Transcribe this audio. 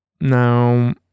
Now